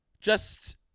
just-